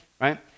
right